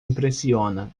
impressiona